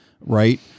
right